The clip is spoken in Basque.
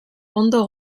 ondo